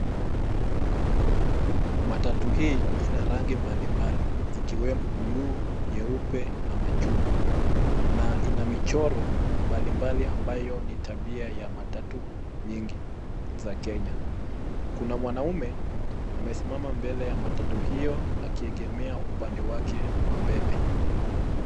Matatu hii inarangi mbalimbali zikiwemo blue , nyeupe na machungwa na ina michoro mbalimbali ambayo ni tabia ya matatu nyingi za Kenya. Kuna mwanaume amesimama mbele ya matatu hio akiegemea upande wake wa mbele.